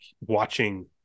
watching